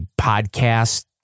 podcast